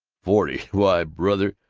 forty? why, brother,